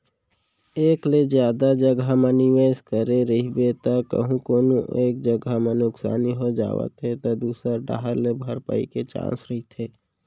एक ले जादा जघा म निवेस करे रहिबे त कहूँ कोनो एक जगा म नुकसानी हो जावत हे त दूसर डाहर ले भरपाई के चांस रहिथे